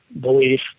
belief